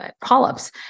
polyps